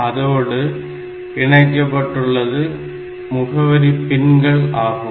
அதோடு இணைக்கப்பட்டுள்ளது முகவரி பின்கள் ஆகும்